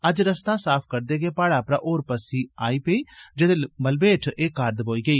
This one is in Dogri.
अज्ज रस्ता साफ करदे गै पहाड़ै परा होर पस्सी आई पेई जेह्दे मलबे हेठ एह् कार दबोई गेई